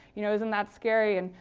you know, isn't that scary? and.